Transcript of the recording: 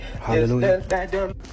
hallelujah